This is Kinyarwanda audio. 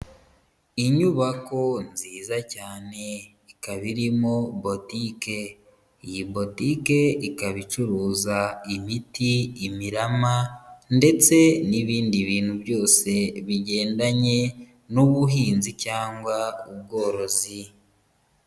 Inyubako nziza cyane ikaba irimo botike, iyi bodike ikaba icuruza imiti, imirama ndetse n'ibindi bintu byose bigendanye n'ubuhinzi cyangwa ubworozi.